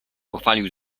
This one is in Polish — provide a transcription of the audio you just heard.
pochwalił